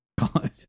God